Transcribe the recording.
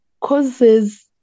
causes